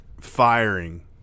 firing